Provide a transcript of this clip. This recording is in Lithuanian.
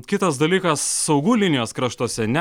kitas dalykas saugų linijos kraštuose ne